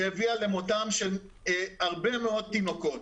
שהביאה למותם של הרבה מאוד תינוקות.